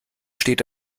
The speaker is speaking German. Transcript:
steht